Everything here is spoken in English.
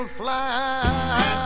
fly